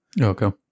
Okay